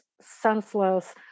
senseless